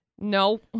No